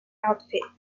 outfit